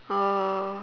uh